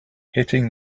hitting